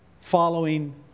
following